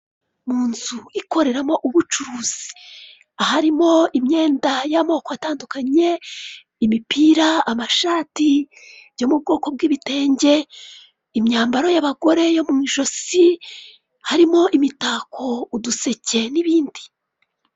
Ni inzu ikoreramo ubucuruzi aharimo imyenda y'amoko atandukanye, imipira amashati yo mu bwoko bw'ibitenge, imyambaro y'abagore yo mu ijosi, harimo imitako, uduseke, n'ibindi.